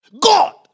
God